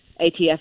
ATF